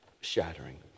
shattering